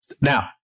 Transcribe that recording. Now